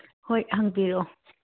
ꯍꯣꯏ ꯍꯪꯕꯤꯌꯨ